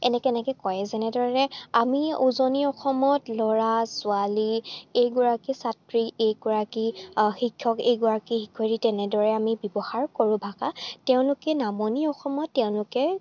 এনেকৈ এনেকৈ কয় যেনেদৰে আমি উজনি অসমত ল'ৰা ছোৱালী এইগৰাকী ছাত্ৰী এইগৰাকী শিক্ষক এইগৰাকী শিক্ষয়িত্ৰী তেনেদৰে আমি ব্যৱহাৰ কৰোঁ ভাষা তেওঁলোকে নামনি অসমত তেওঁলোকে